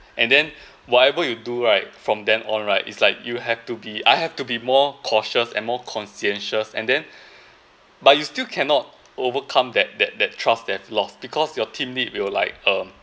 and then whatever you do right from then on right it's like you have to be I have to be more cautious and more conscientious and then but you still cannot overcome that that that trust that lost because your team lead we will like um